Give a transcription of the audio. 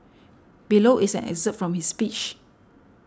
below is an excerpt from his speech